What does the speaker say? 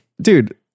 Dude